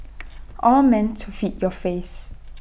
all meant to feed your face